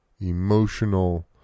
emotional